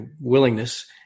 willingness